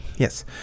Yes